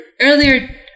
earlier